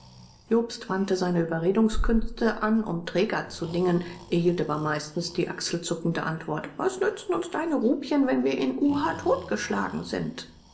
jobst wandte seine überredungskünste an um träger zu dingen erhielt aber meistens die achselzuckende antwort was nützen uns deine rupien wenn wir in uha totgeschlagen sind